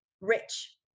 rich